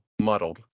muddled